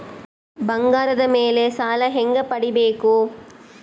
ಬಂಗಾರದ ಮೇಲೆ ಸಾಲ ಹೆಂಗ ಪಡಿಬೇಕು?